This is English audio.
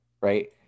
Right